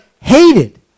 hated